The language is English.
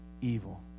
Evil